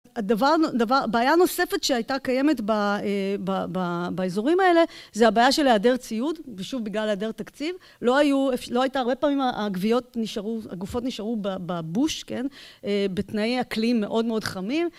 הבעיה הנוספת שהייתה קיימת באזורים האלה זה הבעיה של היעדר ציוד, ושוב בגלל היעדר תקציב. לא הייתה הרבה פעמים, הגופות נשארו בבוש, בתנאי אקלים מאוד מאוד חמים.